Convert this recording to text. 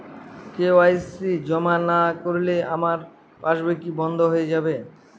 KYC জমা না করলে আমার পাসবই কি বন্ধ হয়ে যাবে?